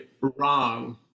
wrong